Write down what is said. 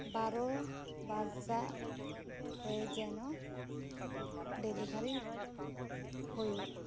ᱵᱟᱨᱚ ᱵᱟᱡᱟᱜ ᱨᱮ ᱡᱮᱱᱚ ᱰᱮᱞᱤᱵᱷᱟᱨᱤ ᱦᱩᱭᱩᱜ